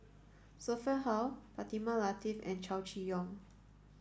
Sophia Hull Fatimah Lateef and Chow Chee Yong